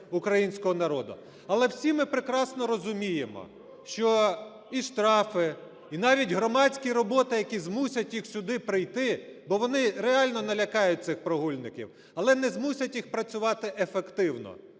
українського народу. Але всі ми прекрасно розуміємо, що і штрафи, і навіть громадські роботи, які змусять їх сюди прийти, бо вони реально не лякають цих прогульників, але не змусять їх працювати ефективно.